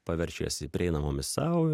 paverčia jas į prieinamomis sau